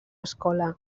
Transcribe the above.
escola